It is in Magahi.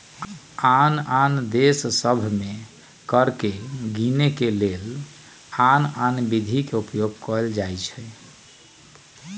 आन आन देश सभ में कर के गीनेके के लेल आन आन विधि के उपयोग कएल जाइ छइ